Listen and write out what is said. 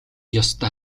ёстой